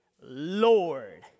Lord